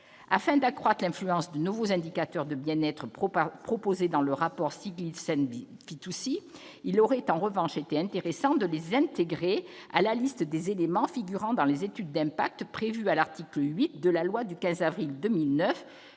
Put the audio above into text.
Afin d'accroître l'influence des nouveaux indicateurs de bien-être proposés dans le rapport Stiglitz-Sen-Fitoussi, il aurait été intéressant de les intégrer à la liste des éléments devant figurer dans les études d'impact prévue à l'article 8 de la loi du 15 avril 2009